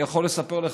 אני יכול לספר לך,